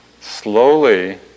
Slowly